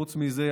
חוץ מזה,